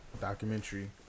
Documentary